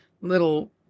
Little